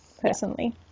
personally